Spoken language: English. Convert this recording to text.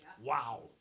wow